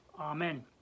amen